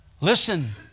Listen